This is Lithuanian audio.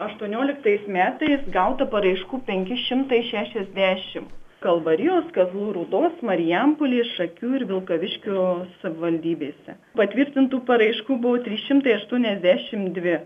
aštuonioliktais metais gauta paraiškų penki šimtai šešiasdešim kalvarijos kazlų rūdos marijampolės šakių ir vilkaviškio savivaldybėse patvirtintų paraiškų buvo trys šimtai aštuoniasdešim dvi